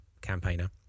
campaigner